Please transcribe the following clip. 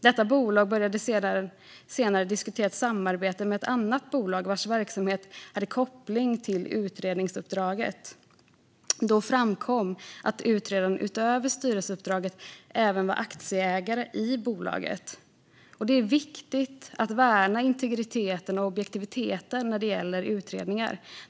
Detta bolag började senare diskutera ett samarbete med ett annat bolag, vars verksamhet hade koppling till utredningsuppdraget. Då framkom att utredaren utöver styrelseuppdraget var aktieägare i bolaget. Det är viktigt att värna integriteten och objektiviteten när det gäller utredningar.